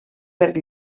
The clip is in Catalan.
per